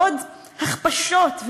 ועוד הכפשות,